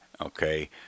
Okay